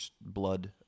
blood